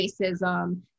racism